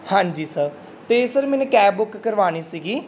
ਹਾਂਜੀ ਸਰ ਅਤੇ ਸਰ ਮੈਨੇ ਕੈਬ ਬੁੱਕ ਕਰਵਾਉਣੀ ਸੀਗੀ